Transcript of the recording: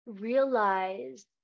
realize